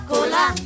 Cola